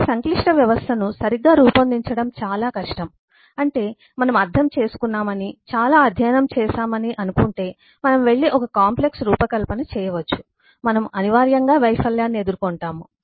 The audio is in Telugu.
ఒక సంక్లిష్ట వ్యవస్థను సరిగ్గా రూపొందించడం చాలా కష్టం అంటే మనం అర్థం చేసుకున్నామని చాలా అధ్యయనం చేశామని అనుకుంటే మనం వెళ్లి ఒక కాంప్లెక్స్ రూపకల్పన చేయవచ్చు మనము అనివార్యంగా వైఫల్యాన్ని ఎదుర్కొంటాము